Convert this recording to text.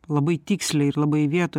labai tiksliai ir labai vietoj